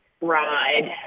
ride